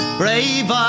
brave